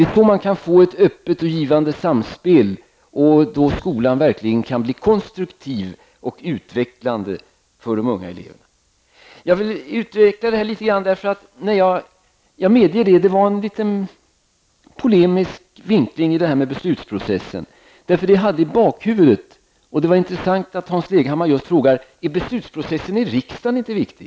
På det sättet kan man få ett öppet och givande samspel, och då kan skolan bli konstruktiv och utvecklande för de unga eleverna. Jag vill utveckla detta ytterligare litet grand. Jag medger att det var en liten polemisk vinkling i detta med beslutsprocessen. Det var intressant att Hans Leghammar frågade om inte beslutsprocessen i riksdagen är viktig.